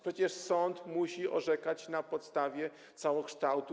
Przecież sąd musi orzekać na podstawie całokształtu.